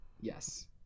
Yes